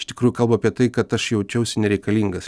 iš tikrųjų kalba apie tai kad aš jaučiausi nereikalingas